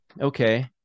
Okay